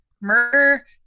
murder